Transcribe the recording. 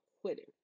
quitting